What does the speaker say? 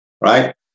right